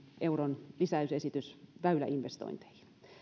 euron lisäysesitys väyläinvestointeihin